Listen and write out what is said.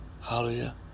Hallelujah